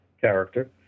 character